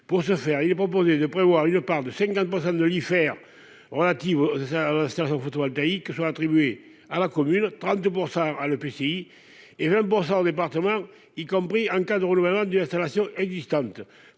Pour ce faire, il est proposé de prévoir une part de 50%, de lui faire relatives aux hein sergent photovoltaïque soit attribués à la commune 32%. Ah le PC. Et 20% départements y compris en cas de renouvellement du installations existantes